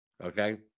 Okay